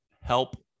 help